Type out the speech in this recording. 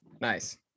Nice